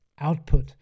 output